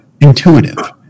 intuitive